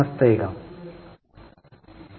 समजतय का